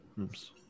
Oops